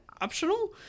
optional